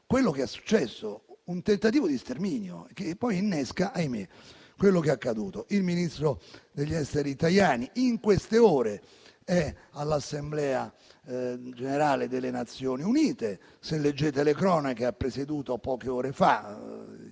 quello che è successo, ossia un tentativo di sterminio, che poi innesca - ahimè - quello che è accaduto. Il ministro degli affari esteri Tajani in queste ore è all'Assemblea generale delle Nazioni Unite. Se leggete le cronache, ha presieduto poche ore fa